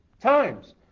times